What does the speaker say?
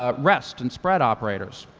ah rest, and spread operators.